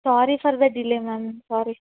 sorry for the delay ma'am sorry